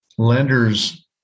lenders